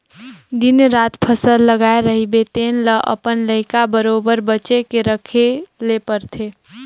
दिन रात फसल लगाए रहिबे तेन ल अपन लइका बरोबेर बचे के रखे ले परथे